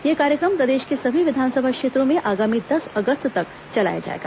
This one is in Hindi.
यह कार्यक्रम प्रदेश के सभी विधानसभा क्षेत्रों में आगामी दस अगस्त तक चलाया जाएगा